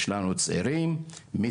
כי יש לנו צעירים מצוינים,